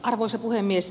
arvoisa puhemies